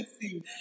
see